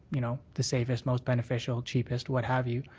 you know, the safest, most beneficial, cheapest, what have you.